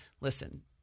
listen